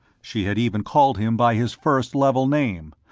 she had even called him by his first level name,